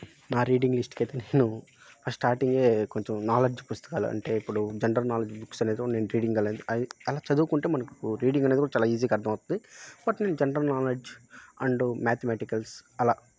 నా రీడింగ్ లిస్ట్కు అయితే నేను అ స్టార్టింగ్ కొంచెం నాలెడ్జ్ పుస్తకాలు అంటే ఇప్పుడు జనరల్ నాలెడ్జ్ బుక్స్ లేదా నేను రీడింగ్ అలా చదువుకుంటే మనకు రీడింగ్ అనేది కూడా చాలా ఈజీగా అర్థమవుతుంది బట్ నేను జనరల్ నాలెడ్జ్ అండ్ మ్యాథమేటిక్స్ అలా